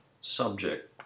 Subject